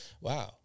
Wow